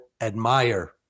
admire